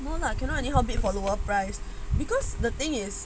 no lah cannot anyhow bid for lower price because the thing is